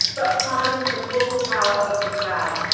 but harness the full power of the cloud.